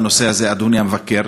אדוני המבקר.